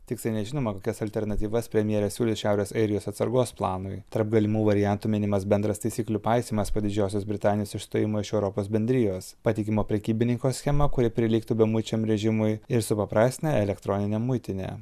tiksliai nežinoma kokias alternatyvas premjerė siūlys šiaurės airijos atsargos planui tarp galimų variantų minimas bendras taisyklių paisymas po didžiosios britanijos išstojimo iš europos bendrijos patikimo prekybininko schema kuri prilygtų bemuičiam režimui ir supaprastina elektroninę muitinę